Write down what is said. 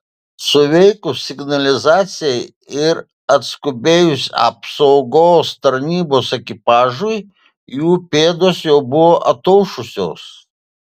suveikus signalizacijai ir atskubėjus apsaugos tarnybos ekipažui jų pėdos jau buvo ataušusios